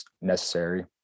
necessary